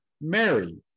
Mary